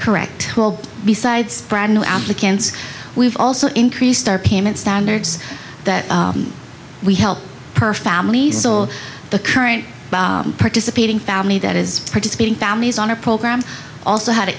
correct besides brand new applicants we've also increased our payment standards that we help per family so the current participating family that is participating families on our program also had a